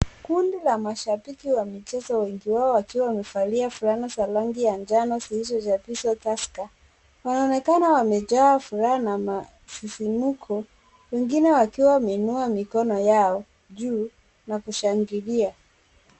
Kundi la mashabiki wa michezo wengi wao wakiwa wamevalia fulana za rangi ya manjano zilizochapishwa tusker wanaonekana wamejaa furaha na masisimuko wengine wakiwa wameinua mikono yao juu na kushangilia.